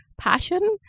passion